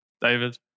David